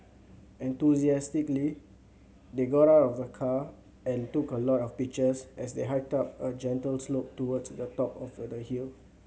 enthusiastically they got out of the car and took a lot of pictures as they hiked up a gentle slope towards the top of a the hill